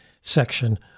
section